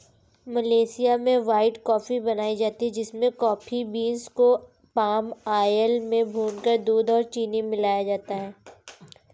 Malaysia में white coffee बनाई जाती है जिसमें कॉफी बींस को पाम आयल में भूनकर दूध और चीनी मिलाया जाता है